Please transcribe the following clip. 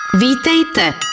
Vítejte